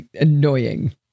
annoying